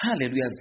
Hallelujah